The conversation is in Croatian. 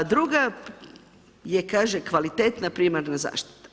Druga je kaže kvalitetna primarna zaštita.